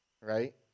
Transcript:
right